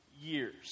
years